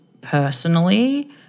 personally